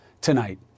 tonight